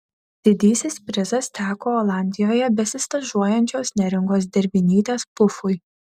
didysis prizas teko olandijoje besistažuojančios neringos dervinytės pufui